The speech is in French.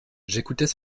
j’écoutais